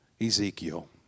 Ezekiel